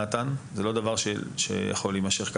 נתן, זה לא דבר שיכול להימשך.